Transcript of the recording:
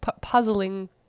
puzzling